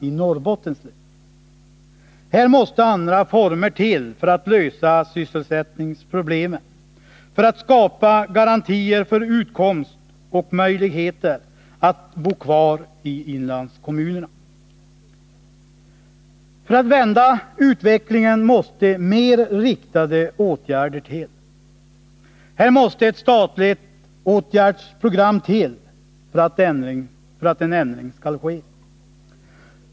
Här måste det till andra former av stöd för att lösa sysselsättningsproblemen, så att garantier skapas för utkomst och för möjligheter att bo kvar i inlandskommunerna. För att vända utvecklingen måste mer riktade åtgärder sättas in. Här måste ett statligt åtgärdsprogram till för att en ändring skall ske.